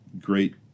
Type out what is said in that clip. great